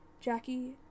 Jackie